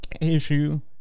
issue